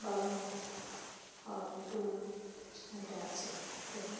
বা আউট দরখাস্ত আছে এ